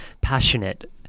passionate